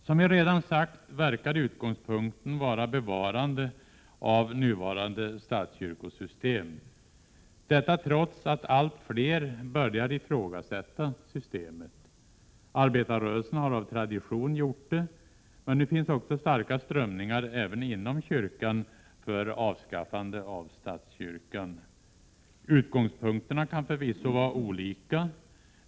Som jag redan sagt verkar utgångspunkten vara bevarande av nuvarande statskyrkosystem, detta trots att allt fler börjar ifrågasätta systemet. Arbetarrörelsen har av tradition gjort det, men nu finns också starka strömningar även inom kyrkan för avskaffande av statskyrkan. Utgångspunkterna kan förvisso vara olika.